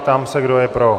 Ptám se, kdo je pro.